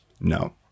No